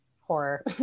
horror